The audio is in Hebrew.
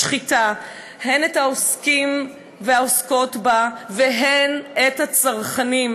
המשחיתה הן את העוסקים והעוסקות בה והן את הצרכנים,